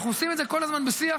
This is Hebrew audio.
אנחנו עושים את זה כל הזמן בשיח.